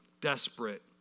desperate